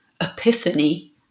epiphany